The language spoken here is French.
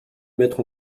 mettre